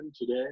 today